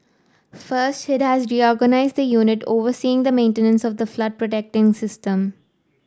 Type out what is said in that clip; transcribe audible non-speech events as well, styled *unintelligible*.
first it has reorganised the unit overseeing the maintenance of the flood *unintelligible* system